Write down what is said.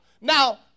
Now